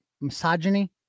misogyny